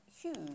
huge